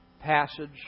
passage